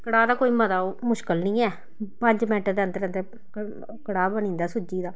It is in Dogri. कढ़ाऽ दा कोई मता ओह् मुश्किल निं है पंज मिंट दे अंदर अंदर कढ़ाऽ बनी जंदा सूजी दा